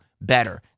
better